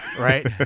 right